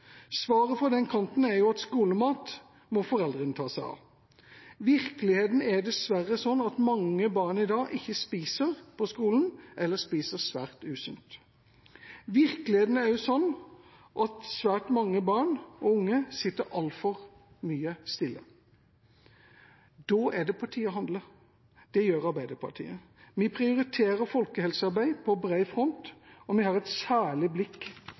Svaret fra den kanten er at skolemat må foreldrene ta seg av. Virkeligheten er dessverre sånn at mange barn i dag ikke spiser på skolen, eller spiser svært usunt. Virkeligheten er sånn at svært mange barn og unge sitter altfor mye stille. Da er det på tide å handle. Det gjør Arbeiderpartiet. Vi prioriterer folkehelsearbeid på bred front, og vi har et særlig blikk